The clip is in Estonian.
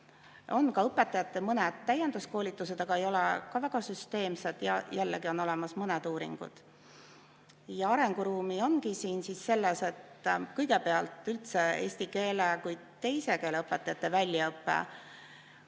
mõned õpetajate täienduskoolitused, aga ei ole ka väga süsteemsed. Ja jällegi, on olemas mõned uuringud. Arenguruumi ongi siin selles, et kõigepealt üldse eesti keele kui teise keele õpetajate väljaõpet